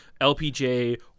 LPJ